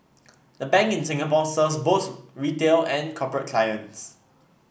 the bank in Singapore serves both retail and corporate clients